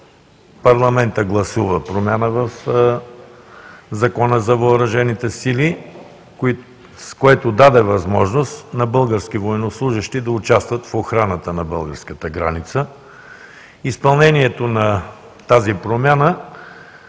парламентът гласува промяна в Закона за въоръжените сили, с което даде възможност на български военнослужещи да участват в охраната на българската граница. Изпълнението на тази промяна